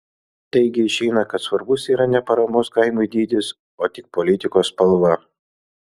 taigi išeina kad svarbus yra ne paramos kaimui dydis o tik politikos spalva